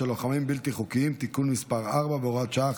של לוחמים בלתי חוקיים (תיקון מס' 4 והוראת שעה,